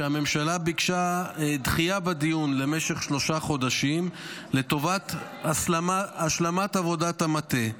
והממשלה ביקשה דחייה בדיון למשך שלושה חודשים לטובת השלמת עבודת המטה.